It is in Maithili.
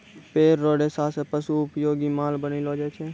पेड़ रो रेशा से पशु उपयोगी माल बनैलो जाय छै